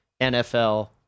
NFL